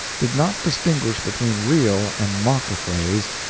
did not distinguish between real and mock affrays,